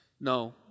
No